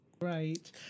Right